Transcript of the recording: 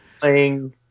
playing